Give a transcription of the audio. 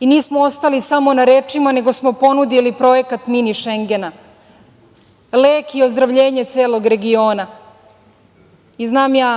i nismo ostali samo na rečima, nego smo ponudili projekat mini Šengena. Lek i ozdravljenje celog regiona. Znam da